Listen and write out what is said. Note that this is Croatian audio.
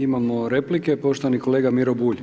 Imamo replike, poštovani kolega Miro Bulj,